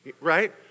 Right